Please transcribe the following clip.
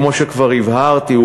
כמו שכבר הבהרתי,